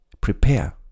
prepare